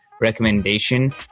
recommendation